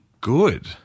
good